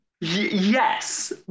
Yes